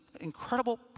incredible